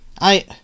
I-